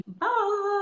bye